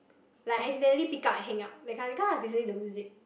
like I accidentally pick up and hang up that kind of thing cause I was listening to music